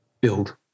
build